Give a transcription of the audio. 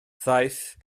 ddaeth